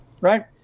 right